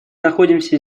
находимся